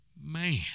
Man